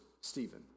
Stephen